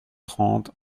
trente